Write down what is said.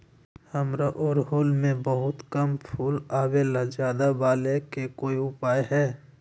हमारा ओरहुल में बहुत कम फूल आवेला ज्यादा वाले के कोइ उपाय हैं?